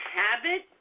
habit